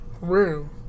room